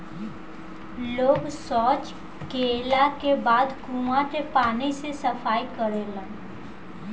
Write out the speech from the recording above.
लोग सॉच कैला के बाद कुओं के पानी से सफाई करेलन